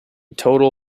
total